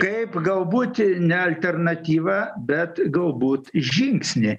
kaip galbūt ne alternatyvą bet galbūt žingsnį